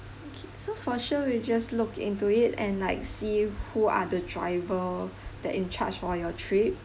okay so for sure we'll just look into it and like see who are the driver that in charge for your trip